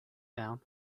down